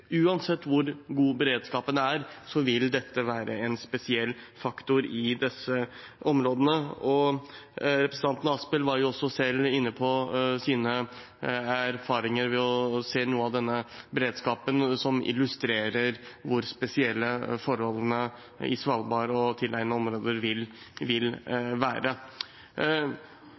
Uansett hvor god beredskapen er, vil dette være en spesiell faktor i disse områdene. Representanten Asphjell var også selv inne på sine erfaringer med denne beredskapen, som illustrerer hvor spesielle forholdene på Svalbard og tilliggende områder